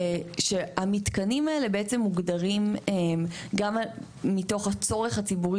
שהמתקנים האלה בעצם מוגדרים גם מתוך הצורך הציבורי